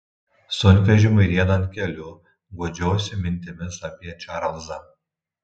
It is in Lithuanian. sunkvežimiui riedant keliu guodžiausi mintimis apie čarlzą